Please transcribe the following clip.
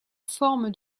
forme